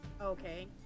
Okay